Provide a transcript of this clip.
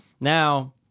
Now